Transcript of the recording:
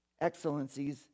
excellencies